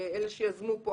אלה שיזמו פה.